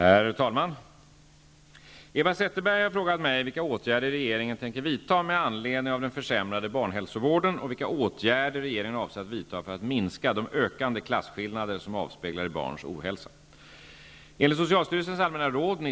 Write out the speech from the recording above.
Herr talman! Eva Zetterberg har frågat mig vilka åtgärder regeringen tänker vidta med anledning av den försämrade barnhälsovården och vilka åtgärder regeringen avser att vidta för att minska de ökande klasskillnader som avspeglas i barns ohälsa.